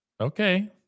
Okay